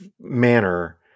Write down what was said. manner